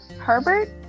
Herbert